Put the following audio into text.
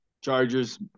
Chargers